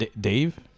Dave